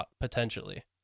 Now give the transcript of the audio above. potentially